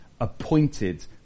appointed